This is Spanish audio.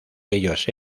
ellos